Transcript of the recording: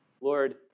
Lord